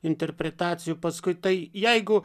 interpretacijų paskui tai jeigu